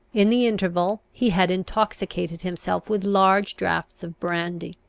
in the interval he had intoxicated himself with large draughts of brandy.